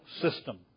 system